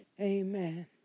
Amen